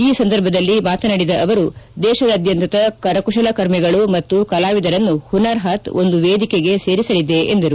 ಈ ಸಂದರ್ಭದಲ್ಲಿ ಮಾತನಾಡಿದ ಅವರು ದೇಶಾದ್ಯಂತದ ಕರಕುಶಲ ಕರ್ಮಿಗಳು ಮತ್ತು ಕಲಾವಿದರನ್ನು ಹುನಾರ್ ಹಾತ್ ಒಂದು ವೇದಿಕೆಗೆ ಸೇರಿಸಲಿದೆ ಎಂದರು